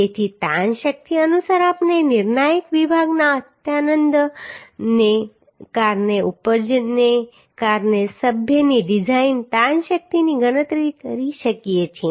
તેથી તાણ શક્તિ અનુસાર આપણે નિર્ણાયક વિભાગના અત્યાનંદને કારણે ઉપજને કારણે સભ્યની ડિઝાઇન તાણ શક્તિની ગણતરી કરી શકીએ છીએ